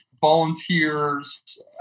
volunteers